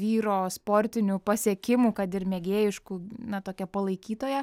vyro sportinių pasiekimų kad ir mėgėjiškų na tokia palaikytoja